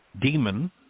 demon